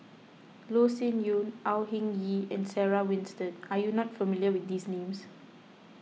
Loh Sin Yun Au Hing Yee and Sarah Winstedt are you not familiar with these names